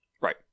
Right